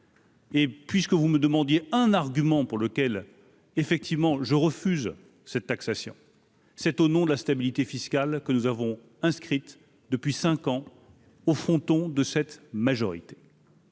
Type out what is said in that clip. Et puisque vous me demandiez un argument pour lequel effectivement je refuse cette taxation, c'est au nom de la stabilité fiscale que nous avons inscrite depuis 5 ans au fronton de cette majorité.